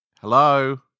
Hello